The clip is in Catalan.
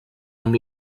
amb